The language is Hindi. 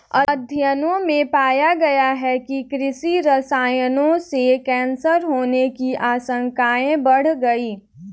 अध्ययनों में पाया गया है कि कृषि रसायनों से कैंसर होने की आशंकाएं बढ़ गई